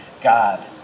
God